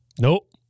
Nope